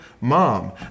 mom